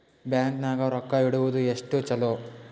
Bank ನಾಗ ರೊಕ್ಕ ಇಡುವುದು ಎಷ್ಟು ಚಲೋ?